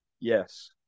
yes